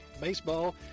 baseball